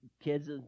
kids